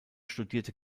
studierte